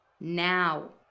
Now